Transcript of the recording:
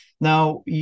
Now